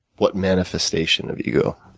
what manifestation of ego?